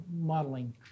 modeling